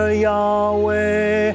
Yahweh